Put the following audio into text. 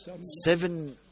seven